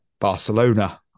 Barcelona